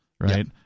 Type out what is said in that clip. right